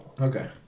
Okay